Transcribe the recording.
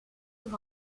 sur